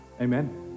amen